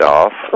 off